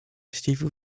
zdziwił